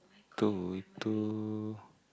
two to